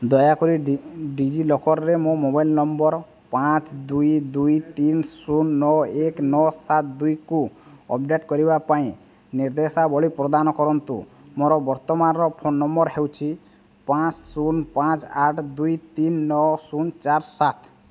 ଦୟାକରି ଡି ଡିଜିଲକର୍ରେ ମୋ ମୋବାଇଲ୍ ନମ୍ବର୍ ପାଞ୍ଚ ଦୁଇ ଦୁଇ ତିନି ଶୂନ ନଅ ଏକ ନଅ ସାତ ଦୁଇକୁ ଅପଡ଼େଟ୍ କରିବା ପାଇଁ ନିର୍ଦ୍ଦେଶାବଳୀ ପ୍ରଦାନ କରନ୍ତୁ ମୋର ବର୍ତ୍ତମାନର ଫୋନ୍ ନମ୍ବର୍ ହେଉଛି ଆଠ ଶୂନ ପାଞ୍ଚ ଆଠ ଦୁଇ ତିନି ନଅ ଶୂନ ଚାରି ସାତ